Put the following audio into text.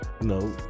No